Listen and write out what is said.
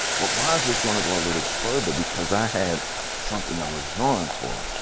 but mines was gonna go a little further, because i had something i was drawn for.